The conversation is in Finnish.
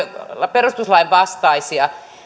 perustuslain vastaisia